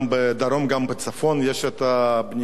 יש בנייה מסוג בנייה קלה,